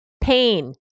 pain